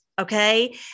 Okay